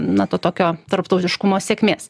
na to tokio tarptautiškumo sėkmės